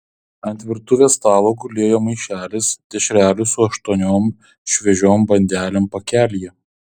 ant virtuvės stalo gulėjo maišelis dešrelių su aštuoniom šviežiom bandelėm pakelyje